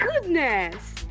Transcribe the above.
Goodness